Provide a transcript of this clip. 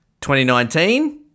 2019